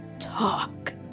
talk